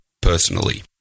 personally